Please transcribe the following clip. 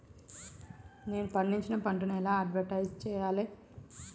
నేను పండించిన పంటను ఎలా అడ్వటైస్ చెయ్యాలే?